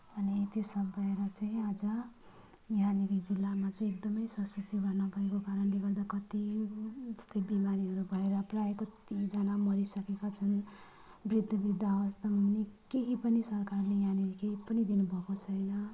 अनि त्यो सब भएर चाहिँ आज यहाँनिर जिल्लामा चाहिँ एकदमै स्वास्थ्य सेवा नभएको कारणले गर्दा कत्ति यस्तै बिमारीहरू भएर प्रायः कत्तिजना मरिसकेका छन् वृद्ध वृद्ध अवस्थामा हुने केही पनि सरकारले यहाँनिर केही पनि दिनुभएको छैन